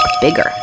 bigger